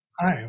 Hi